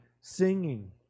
singing